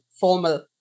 formal